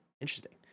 Interesting